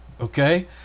okay